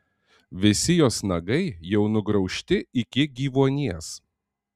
visi jos nagai jau nugraužti iki gyvuonies